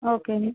okay అండి